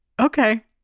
Okay